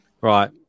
Right